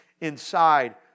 inside